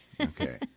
Okay